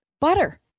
butter